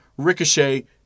Ricochet